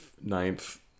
ninth